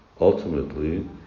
ultimately